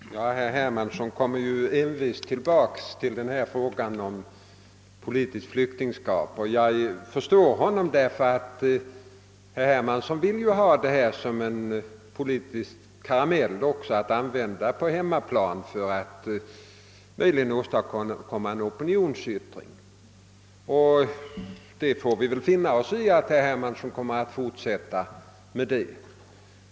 Herr talman! Herr Hermansson kommer envist tillbaka till den här frågan om politiskt flyktingskap. Jag förstår honom, han vill ju använda de frågor vi diskuterar som en politisk karamell för att på hemmaplan möjligen åstad komma en opinionsyttring. Vi får väl finna oss i att herr Hermansson kommer att fortsätta med detta.